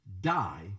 die